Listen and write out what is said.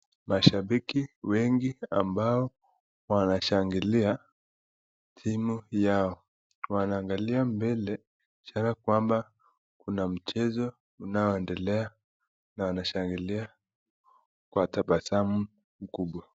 Mashabiki wengi ambao wanashangilia timu yao wanaangalia mbele ishara kwamba kuna mchezo unaoendelea na wanashangilia kwa tabasamu kubwa.